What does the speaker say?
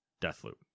Deathloop